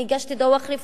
אני הגשתי דוח רפואי.